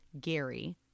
Gary